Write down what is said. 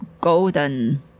golden